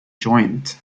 joint